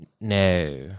No